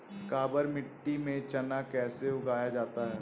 काबर मिट्टी में चना कैसे उगाया जाता है?